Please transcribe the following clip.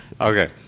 Okay